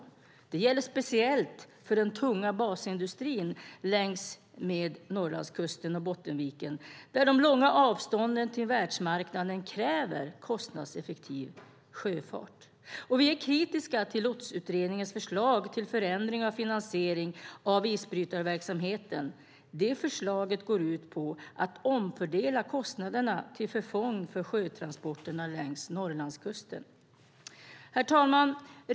Detta gäller speciellt den tunga basindustrin längs med Norrlandskusten och Bottenviken, där de långa avstånden till världsmarknaden kräver kostnadseffektiv sjöfart. Vi är kritiska till Lotsutredningens förslag till förändring av finansiering av isbrytarverksamheten. Det förslaget går ut på att omfördela kostnaderna till förfång för sjötransporterna längs Norrlandskusten. Herr talman!